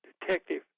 detective